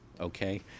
okay